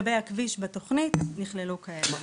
וגם ההוראות לגבי הכביש בתוכנית נכללו ככאלו.